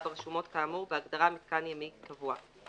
ברשומות כאמור בהגדרה "מיתקן ימי קבוע".